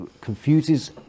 confuses